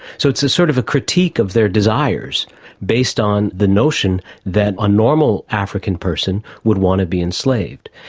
so it's a sort of a critique of their desires based on the notion that a normal african person would want to be enslaved.